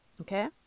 Okay